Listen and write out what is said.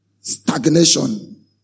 stagnation